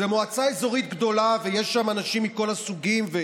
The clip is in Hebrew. זו מועצה אזורית גדולה, ויש שם אנשים מכל הסוגים.